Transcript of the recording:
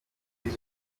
moto